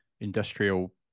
industrial